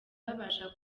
babasha